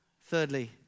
Thirdly